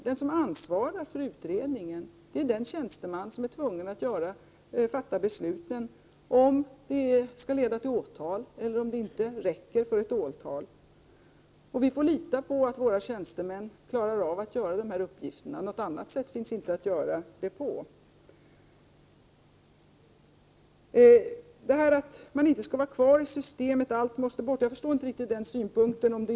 Den som ansvarar för utredningen är den tjänsteman som är tvungen att fatta beslut om huruvida underlaget är tillräckligt för att åtal skall väckas. Vi får lita på att våra tjänstemän klarar av sina uppgifter. På något annat sätt kan det inte vara. Jag förstår inte riktigt Carl Fricks synpunkt när det gäller talet om att alla uppgifter skall bort från systemet.